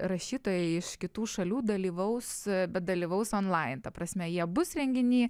rašytojai iš kitų šalių dalyvaus bet dalyvaus onlain ta prasme jie bus renginy